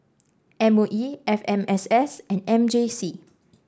M O E F M S S and M J C